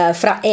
fra